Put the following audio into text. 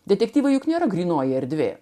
detektyvo juk nėra grynoji erdvė